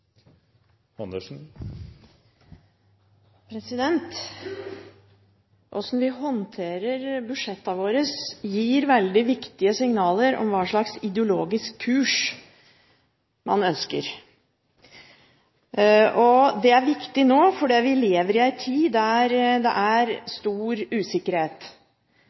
regjeringen. Hvordan vi håndterer budsjettene våre, gir veldig viktige signaler om hva slags ideologisk kurs man ønsker. Det er viktig nå, fordi vi lever i en tid der det er stor